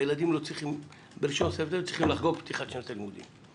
הילדים ב-1 בספטמבר צריכים לחגוג את פתיחת שנת הלימודים.